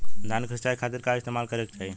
धान के सिंचाई खाती का इस्तेमाल करे के चाही?